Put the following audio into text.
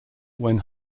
when